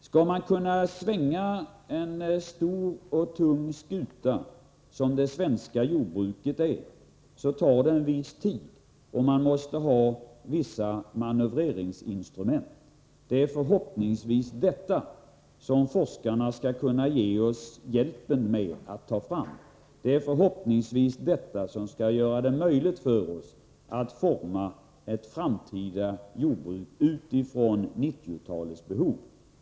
Skall man kunna svänga en stor och tung skuta, som det svenska jordbruket är, tar det en viss tid, och man måste ha vissa manövreringsinstrument. Det är förhoppningsvis detta som forskarna skall kunna ge oss hjälp med att få fram. Det är förhoppningsvis detta som skall göra det möjligt för oss att forma ett framtida jordbruk utifrån 1990-talets behov.